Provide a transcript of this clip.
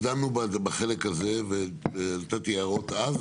אנחנו דנו בחלק הזה ונתתי הערות אז,